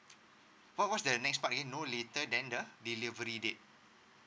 what what's the next part in no later than the the delivery date